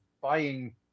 buying